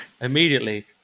immediately